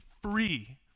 free